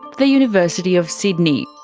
the university of sydney.